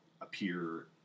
appear